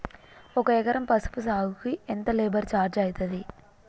ఒక ఎకరం పసుపు సాగుకు ఎంత లేబర్ ఛార్జ్ అయితది?